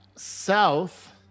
South